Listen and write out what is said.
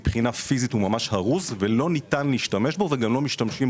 הרוס מבחינה פיזית ולא ניתן להשתמש בו,